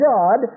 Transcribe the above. God